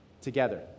together